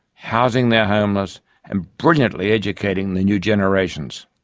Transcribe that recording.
housing their homeless and brilliantly educating the new generations.